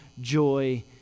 joy